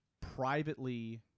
privately